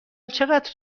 چقدر